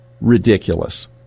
ridiculous